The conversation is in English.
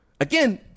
Again